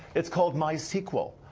it's called my sequel.